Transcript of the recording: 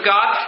God